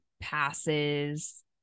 passes